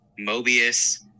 Mobius